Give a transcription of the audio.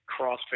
CrossFit